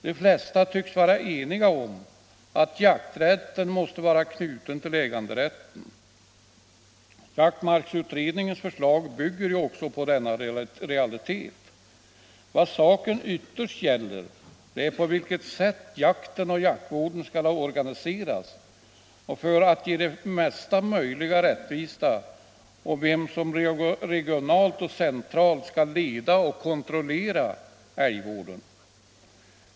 De flesta tycks vara eniga om att jakträtten måste vara knuten till äganderätten. Jaktmarksutredningens förslag bygger också på denna realitet. Vad saken ytterst gäller är på vilket sätt jakten och jaktvården skall organiseras för att ge mesta möjliga rättvisa och vem som regionalt och centralt skall leda och kontrollera älgvården.